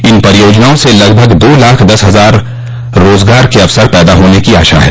इन परियोजनाओं से लगभग दो लाख दस हजार रोजगार के अवसर पैदा होने की आशा है